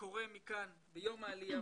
קורא מכאן ביום העלייה